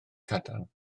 cadarn